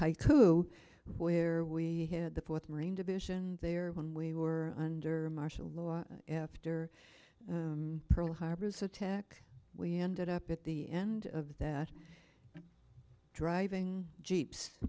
haiku where we had the fourth marine division there when we were under martial law after pearl harbor was attacked we ended up at the end of that driving jeeps